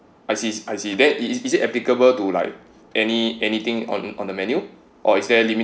I see I see that is it is it applicable to like any anything on on the menu or is there a limit